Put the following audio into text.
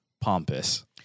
pompous